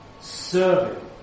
serving